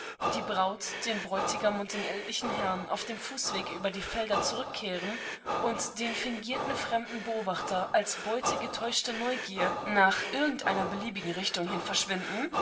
rasch nach den verschiedenenrichtungenhinentfernten vonwelchenhersiesichderkirchegenähert hatten wirlassendenküsteraufdemdorfwege diebraut denbräutigamunddenältlichen herrn auf dem fußwege über die felder zurückkehren und den fingierten fremden beobachter als beute getäuschter neugier nach irgend einer beliebigen richtung hin verschwinden